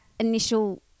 initial